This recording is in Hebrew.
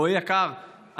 רועי יקר,